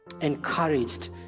encouraged